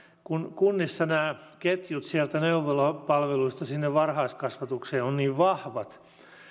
kun kunnissa nämä ketjut neuvolapalveluista varhaiskasvatukseen ovat niin vahvat